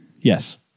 Yes